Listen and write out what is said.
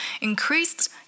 increased